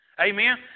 Amen